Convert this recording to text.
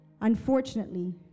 Unfortunately